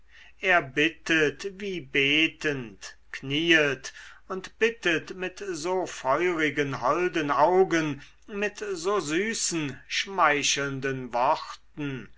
er bittet wie betend knieet und bittet mit so feurigen holden augen mit so süßen schmeichelnden worten